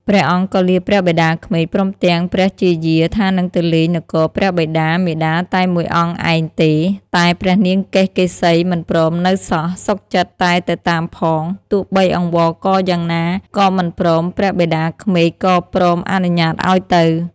ព្រះអង្គក៏លាព្រះបិតាក្មេក ព្រមទាំង ព្រះជាយា ថានឹងទៅលេងនគរព្រះបិតា-មាតាតែ ១ អង្គឯងទេ តែព្រះនាងកេសកេសីមិនព្រមនៅសោះ សុខចិត្តតែទៅតាមផង ទោះបីអង្វរករយ៉ាងណាក៏មិនព្រមព្រះបិតាក្មេក ក៏ព្រមអនុញ្ញាតឲ្យទៅ។